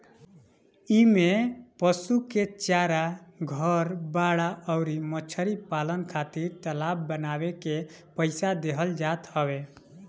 इमें पशु के चारा, घर, बाड़ा अउरी मछरी पालन खातिर तालाब बानवे के पईसा देहल जात हवे